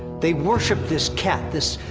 they worship this cat, this,